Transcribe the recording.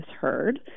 heard